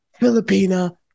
Filipina